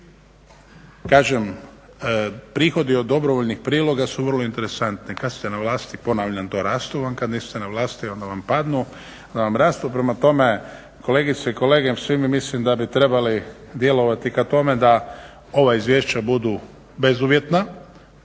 Kažem prihodi od dobrovoljnih priloga su vrlo interesantni. Kad ste na vlasti ponavljam da rastu, a kad niste na vlasti onda vam padnu. Prema tome, kolegice i kolege svi mi mislim da bi trebali djelovati ka tome da ova izvješća budu bezuvjetna